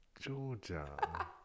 Georgia